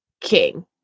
king